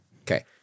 Okay